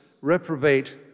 reprobate